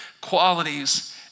qualities